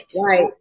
Right